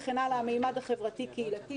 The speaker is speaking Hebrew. קודם כל,